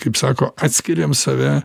kaip sako atskiriam save